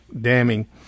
damning